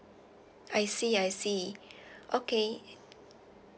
I see I see okay